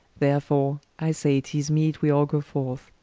therefore i say, tis meet we all goe forth,